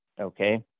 Okay